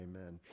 amen